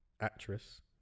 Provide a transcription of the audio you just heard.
actress